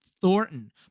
Thornton